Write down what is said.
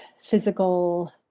physical